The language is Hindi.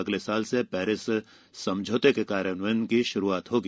अगले साल से पेरिस समझौते के कार्यान्वयन की शुरुआत होगी